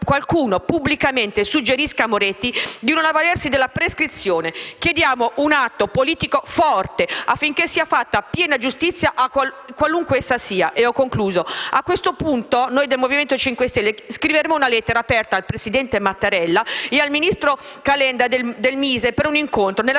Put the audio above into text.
qualcuno, pubblicamente, suggerisca a Moretti di non avvalersi della prescrizione. Chiediamo un atto politico forte, affinché sia fatta piena giustizia, qualunque essa sia. A questo punto, noi del Movimento 5 Stelle scriveremo una lettera aperta al presidente Mattarella e al ministro dello sviluppo economico